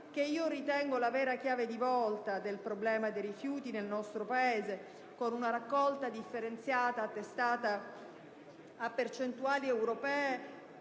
che io ritengo la vera chiave di volta del problema dei rifiuti nel nostro Paese. Con una raccolta differenziata attestata a percentuali europee